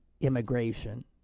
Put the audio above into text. immigration